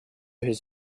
his